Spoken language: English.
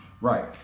Right